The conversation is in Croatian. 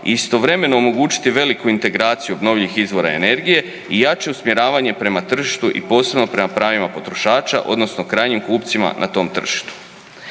istovremeno omogućiti veliku integraciju obnovljivih izvora energije i jače usmjeravanje prema tržištu i posebno prema pravima potrošača odnosno krajnjim kupcima na tom tržištu.